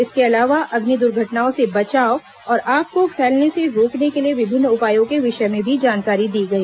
इसके अलावा अग्नि दुर्घटनाओं से बचाव और आग को फैलने से रोकने के लिए विभिन्न उपायों के विषय में भी जानकारी दी गई